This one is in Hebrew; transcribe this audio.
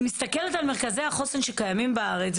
אני מסתכלת על מרכזי החוסן שקיימים בארץ,